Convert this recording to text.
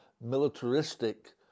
militaristic